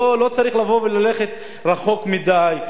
לא צריך לבוא וללכת רחוק מדי,